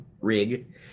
rig